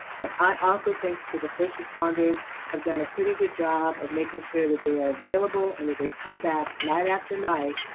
but i also think, the the first uresponders have done a pretty good job of making sure that they are available, and that they come back night after night.